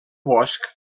bosc